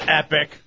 epic